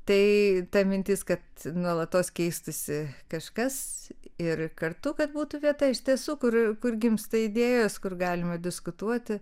tai ta mintis kad nuolatos keistųsi kažkas ir kartu kad būtų vieta iš tiesų kur kur gimsta idėjos kur galima diskutuoti